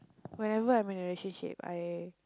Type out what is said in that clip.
whenever I'm in a relationship I